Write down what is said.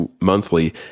monthly